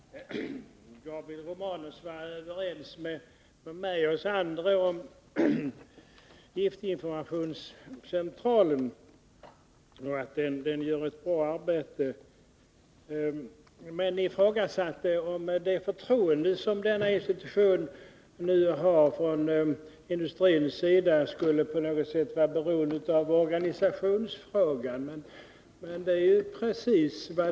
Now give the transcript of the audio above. Fru talman! Gabriel Romanus var överens med mig och oss andra om att giftinformationscentralen gör ett bra arbete. Men han ifrågasatte om det förtroende som denna institution har från industrins sida på något sätt skulle vara beroende av organisationsfrågan. Det är precis så.